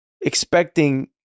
expecting